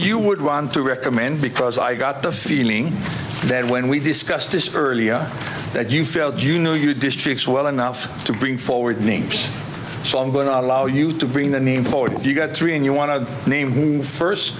you would want to recommend because i got the feeling that when we discussed this earlier that you felt you know you district well enough to bring forward names so i'm going to allow you to bring the name forward if you've got three and you want to name one first